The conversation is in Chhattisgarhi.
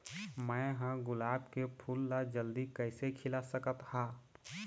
मैं ह गुलाब के फूल ला जल्दी कइसे खिला सकथ हा?